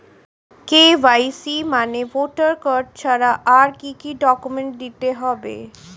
KYC মানে voter card ছাড়া আর কি কি ডকুমেন্ট দিতে হবে?